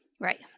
Right